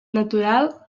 natural